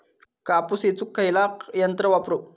कापूस येचुक खयला यंत्र वापरू?